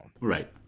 Right